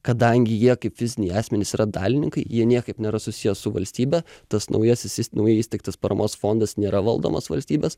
kadangi jie kaip fiziniai asmenys yra dalininkai jie niekaip nėra susiję su valstybe tas naujasis naujai įsteigtas paramos fondas nėra valdomas valstybės